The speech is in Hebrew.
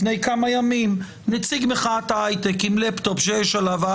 לפני כמה ימים ישבו כאן נציג מחאת ההיי-טק עם לפטופ שיש עליו מדבקה